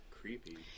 creepy